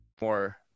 More